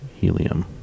helium